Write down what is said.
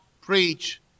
preach